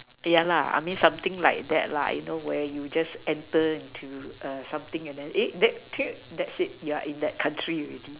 yeah lah I mean something like that lah you know where you just enter into err something and then eh that too that's it you're in that country already